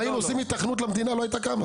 אם היו עושים היתכנות למדינה, היא לא הייתה קמה.